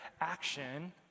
action